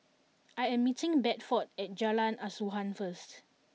I am meeting Bedford at Jalan Asuhan first